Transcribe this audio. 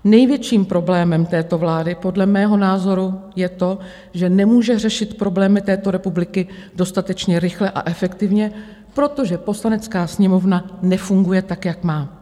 Největším problémem této vlády podle mého názoru je to, že nemůže řešit problémy této republiky dostatečně rychle a efektivně, protože Poslanecká sněmovna nefunguje, tak jak má.